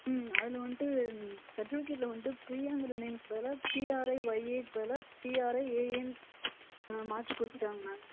அதில் வந்ட்டு சட்டிஃபிகேட்டில் வந்ட்டு ப்ரியாங்கிற நேம்க்கு பதிலாக P R I Y A க்கு பதிலாக பி ஆர் ஐ ஏ ஏன் மாற்றி கொடுத்துட்டாங் மேம்